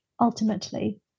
ultimately